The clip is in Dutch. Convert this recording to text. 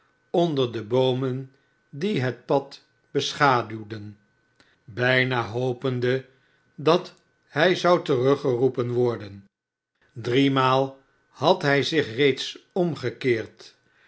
onder de boomen die het pad beschaduwden bijna hopende dat hij zou teruggeroepen worden driemaal had hij zich reeds omgekeerd